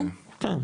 כן, כן.